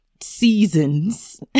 seasons